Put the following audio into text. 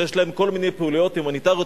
יש להם כל מיני פעילויות הומניטריות.